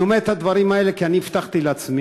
אני אומר את הדברים האלה כי אני הבטחתי לעצמי